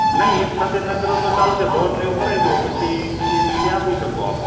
નહીં એકસાથે ન કરો તો ચાલશે લોન ને એવું કરાવી દો પછી એ રીતે આપી શકો આપ